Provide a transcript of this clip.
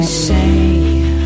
say